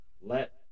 Let